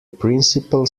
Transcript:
principal